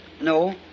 no